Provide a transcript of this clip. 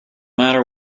matter